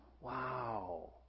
Wow